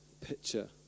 picture